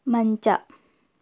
ಮಂಚ